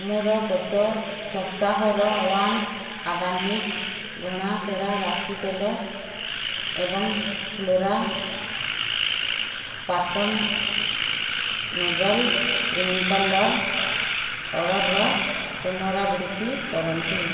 ମୋର ଗତ ସପ୍ତାହର ୱାନ୍ ଅର୍ଗାନିକ୍ ଘଣା ପେଡ଼ା ରାଶି ତେଲ ଏବଂ ଫ୍ଲୋରା ପାଟର୍ଣ୍ଣ୍ ନୋଜଲ୍ ସ୍ପ୍ରିଙ୍କ୍ଲର୍ ଅର୍ଡ଼ର୍ର ପୁନରାବୃତ୍ତି କରନ୍ତୁ